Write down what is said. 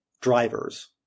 drivers